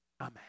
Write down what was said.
Amen